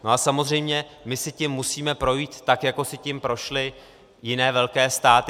A samozřejmě, my si tím musíme projít, tak jako si tím prošly jiné velké státy.